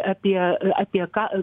apie apie ką